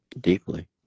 deeply